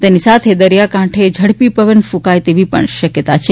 તેની સાથે દરિયાકાંઠે ઝડપી પવન ક્રંકાય તેવી પણ શક્યતા છે